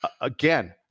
again